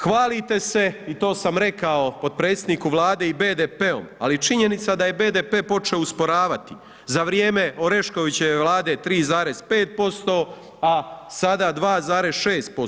Hvalite se i to sam rekao potpredsjedniku Vlade i BDP-om, ali činjenica da je BDP počeo usporavati za vrijeme Oreškovićeve Vlade 3,5% a sada 2,6%